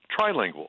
Trilingual